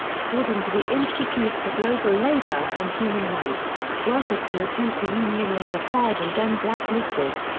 according to the institute for global labour and human rights, workers who attempt to unionize are fired and then blacklisted.